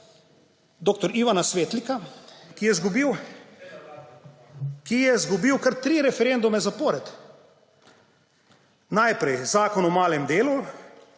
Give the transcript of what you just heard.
dr. Ivana Svetlika, ki je izgubil kar tri referendume zapored. Najprej Zakon o malem delu